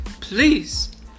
Please